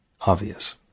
obvious